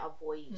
avoid